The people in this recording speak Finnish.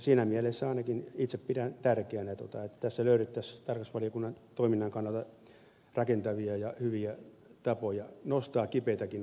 siinä mielessä ainakin itse pidän tärkeänä että tässä löydettäisiin tarkastusvaliokunnan toiminnan kannalta rakentavia ja hyviä tapoja nostaa kipeitäkin asioita käsittelyyn